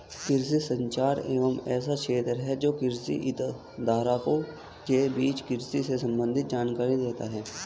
कृषि संचार एक ऐसा क्षेत्र है जो कृषि हितधारकों के बीच कृषि से संबंधित जानकारी देता है